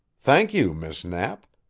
thank you, miss knapp.